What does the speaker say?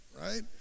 right